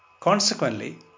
Consequently